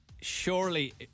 surely